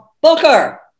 Booker